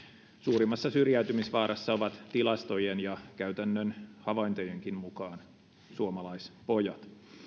suurimmassa syrjäytymisvaarassa ovat tilastojen ja käytännön havaintojenkin mukaan suomalaispojat